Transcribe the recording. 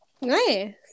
Nice